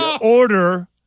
Order